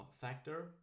factor